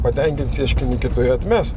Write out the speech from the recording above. patenkins ieškinį kitoje atmes